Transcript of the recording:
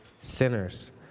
sinners